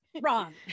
wrong